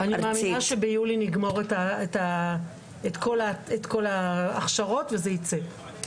אני מאמינה שביולי נגמור את כל ההכשרות, וזה ייצא.